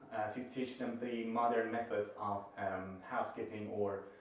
to teach them the modern methods of housekeeping or,